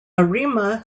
arima